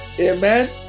Amen